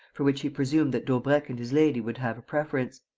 for which he presumed that daubrecq and his lady would have a preference.